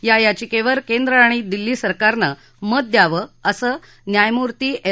या याचिकेवर केंद्र आणि दिल्ली सरकारनं मत द्यावं असं न्यायमूर्ती एल